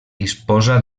disposa